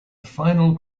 final